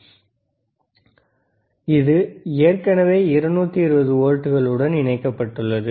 எனவே இது ஏற்கனவே 220 வோல்ட்டுகளுடன் இணைக்கப்பட்டுள்ளது